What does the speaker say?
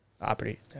Opportunity